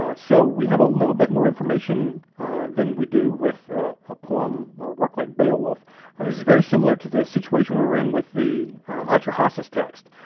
ah so we have a little bit more information than we do with a poem or work like beowulf, this is very similar to the situation we were in with the atrahasis text,